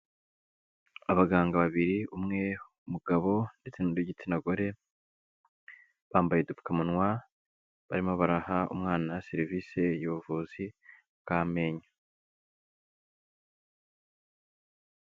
Abaganga babiri, umwe umugabo ndetse n'undi w'igitsina gore, bambaye udupfukamunwa, barimo baraha umwana serivisi y'ubuvuzi bw'amenyo.